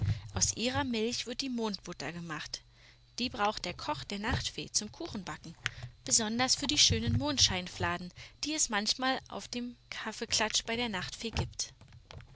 aus ihrer milch wird die mondbutter gemacht die braucht der koch der nachtfee zum kuchenbacken besonders für die schönen mondscheinfladen die es manchmal auf dem kaffeeklatsch bei der nachtfee gibt